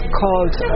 called